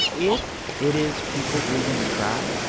if it is people's reason to cry,